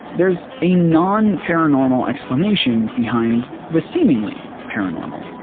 there's a non-paranormal explanation behind the seemingly paranormal.